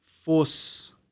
force